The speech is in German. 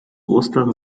ostern